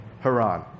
Haran